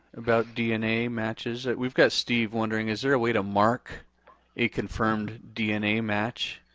about dna matches? we've got steve wondering is there a way to mark a confirmed dna match?